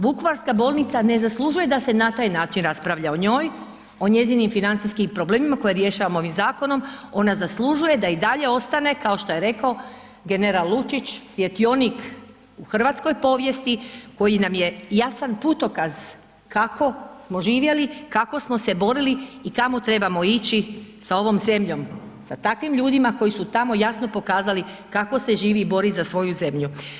Vukovarska bolnica ne zaslužuje da se na taj način raspravlja o njoj, o njezinim financijskim problemima koje rješavamo ovim zakonom, ona zaslužuje da i dalje ostane kao što je rekao general Lučić, svjetionik u hrvatskoj povijesti koji nam je jasan putokaz kako smo živjeli, kako smo se borili i kamo trebamo ići sa ovom zemljom, sa takvim ljudima koji su tamo jasno pokazali kako se živi i bori za svoju zemlju.